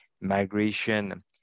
migration